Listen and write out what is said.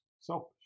selfish